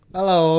Hello